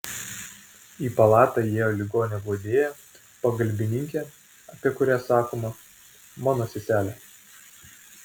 į palatą įėjo ligonio guodėja pagalbininkė apie kurią sakoma mano seselė